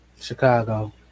Chicago